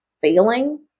failing